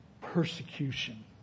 persecution